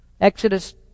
exodus